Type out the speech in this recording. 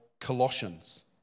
Colossians